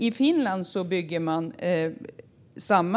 I Finland bygger man samma .